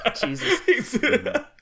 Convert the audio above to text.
Jesus